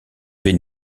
vais